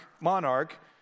monarch